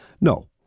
No